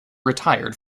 retired